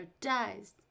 dies